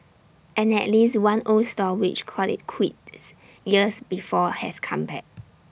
and at least one old stall which called IT quits years before has come back